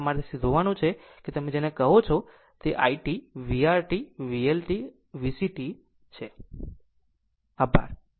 આમ આમ તમારે તે શોધવાનું છે કે તમે જેને કહો છો તે i t vR t VL t VC t છે